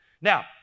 Now